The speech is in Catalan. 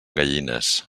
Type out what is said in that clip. gallines